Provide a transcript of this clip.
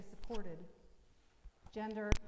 supported—gender